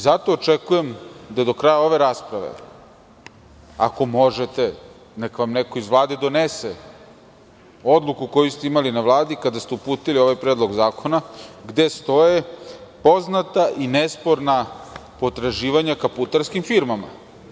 Zato očekujem da do kraja ove rasprave, ako možete nek vam neko iz Vlade donese odluku koju ste imali na Vladi kada ste uputili ovaj predlog zakona, gde stoje poznata i nesporna potraživanja ka putarskim firmama.